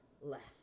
left